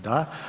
Da.